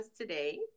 today